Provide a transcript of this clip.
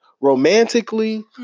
romantically